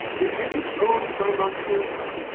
it isn't owned by monsanto.